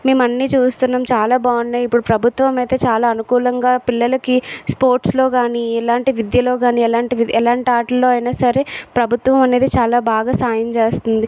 మేము అన్నీ చూస్తున్నాం చాలా బాగున్నాయి ఇప్పుడు ప్రభుత్వం అయితే చాలా అనుకూలంగా పిల్లలకి స్పోర్ట్స్లో కానీ ఇలాంటి విద్యలో కానీ ఎలాంటి ఆటలో అయినా సరే ప్రభుత్వం అనేది చాలా బాగా సాయం చేస్తుంది